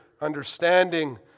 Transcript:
understanding